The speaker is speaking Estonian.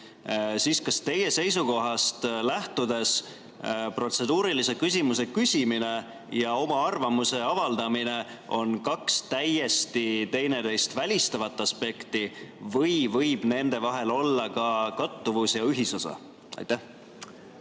siis kas teie seisukohast lähtudes on protseduurilise küsimuse küsimine ja oma arvamuse avaldamine kaks täiesti teineteist välistavat aspekti või võib nende vahel olla ka kattuvusi ja ühisosa? Aitäh,